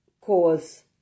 cause